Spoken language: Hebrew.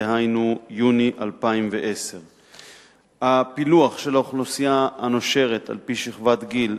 דהיינו יוני 2010. 2. הפילוח של האוכלוסייה הנושרת על-פי שכבת גיל,